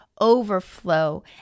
overflow